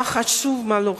מה חשוב ומה לא חשוב?